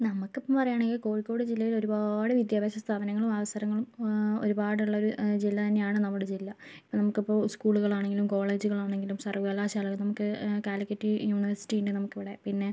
നമുക്കിപ്പം പറയാണെങ്കിൽ കോഴിക്കോട് ജില്ലയിൽ ഒരുപാട് വിദ്യാഭ്യാസ സ്ഥാപനങ്ങളും അവസരങ്ങളും ഒരുപാടുള്ളൊരു ജില്ല തന്നെയാണ് നമ്മുടെ ജില്ല നമുക്കിപ്പോ സ്കൂളുകൾ ആണെങ്കിലും കോളേജുകൾ ആണെങ്കിലും സർവകലാശാല നമുക്ക് കാലിക്കറ്റ് യൂണിവേഴ്സിറ്റി ഉണ്ട് നമുക്ക് ഇവിടെ പിന്നെ